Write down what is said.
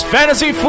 Fantasy